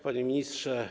Panie Ministrze!